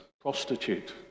prostitute